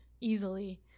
easily